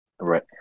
Right